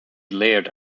layered